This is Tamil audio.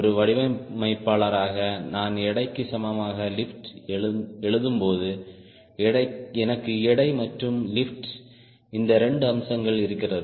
ஒரு வடிவமைப்பாளராக நான் எடைக்கு சமமாக லிப்ட் எழுதும்போது எனக்கு எடை மற்றும் லிப்ட் இந்த 2 அம்சங்கள் இருக்கிறது